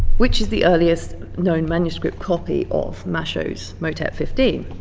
which is the earliest known manuscript copy of machaut's motet fifteen.